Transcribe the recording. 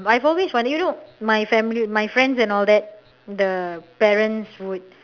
I have always wondered you know my family my friends and all that the parents would